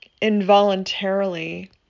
involuntarily